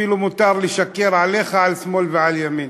אפילו מותר לשקר לך על שמאל ועל ימין.